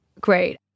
Great